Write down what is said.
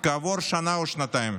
כעבור שנה או שנתיים.